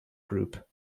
group